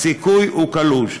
הסיכוי קלוש.